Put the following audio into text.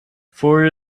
ford